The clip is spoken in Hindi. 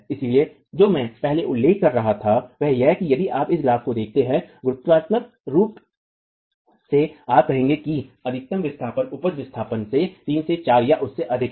इसलिए जो मैं पहले उल्लेख कर रहा था वह यह है कि यदि आप इस ग्राफ को देखते हैं गुणात्मक रूप से आप कहेंगे कि अधिकतम विस्थापन उपज विस्थापन से 3 से 4 या उससे अधिक है